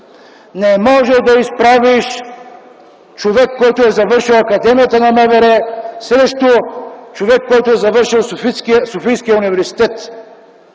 не може да изправиш човек, който е завършил академията на МВР, срещу човек, който е завършил Софийския университет.